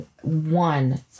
one